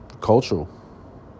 cultural